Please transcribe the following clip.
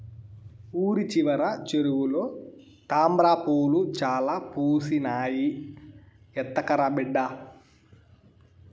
ఊరి చివర చెరువులో తామ్రపూలు చాలా పూసినాయి, ఎత్తకరా బిడ్డా